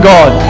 God